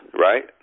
right